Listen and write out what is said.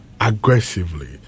aggressively